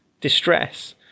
distress